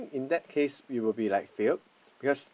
in that case it will be like failed because